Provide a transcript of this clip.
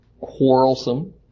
quarrelsome